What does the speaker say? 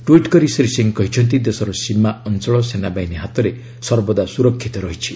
tweet କରି ଶ୍ରୀ ସିଂହ କହିଛନ୍ତି ଦେଶର ସୀମା ଅଞ୍ଚଳ ସେନାବାହିନୀ ହାତରେ ସର୍ବଦା ସ୍ରରକ୍ଷିତ ରହିଛି